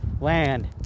land